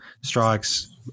strikes